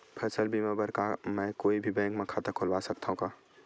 फसल बीमा बर का मैं कोई भी बैंक म खाता खोलवा सकथन का?